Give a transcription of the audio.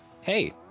Hey